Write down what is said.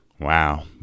wow